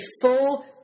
full